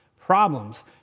Problems